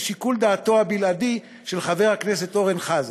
שיקול דעתו הבלעדי של חבר הכנסת אורן חזן.